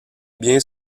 biens